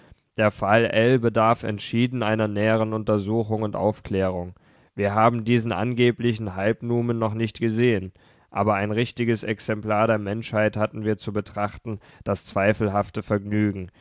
der fall ell bedarf entschieden einer näheren untersuchung und aufklärung wir haben diesen angeblichen halbnumen noch nicht gesehen aber ein richtiges exemplar der menschheit hatten wir zu betrachten das zweifelhafte vergnügen